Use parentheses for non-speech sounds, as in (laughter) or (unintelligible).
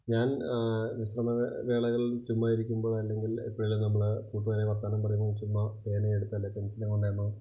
ഞാൻ വിശ്രമ വേളകളിൽ ചുമ്മായിരിക്കുമ്പോൾ അല്ലെങ്കിൽ എപ്പഴേലും നമ്മൾ കൂട്ടുകാരെ വർത്താനം പറയുമ്പോൾ ചുമ്മാ പേനയെടുത്ത് അല്ലെങ്കിൽ പെൻസിലും (unintelligible)